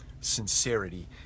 sincerity